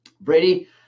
Brady